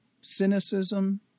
cynicism